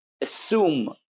assume